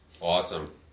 Awesome